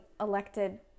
elected